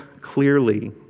clearly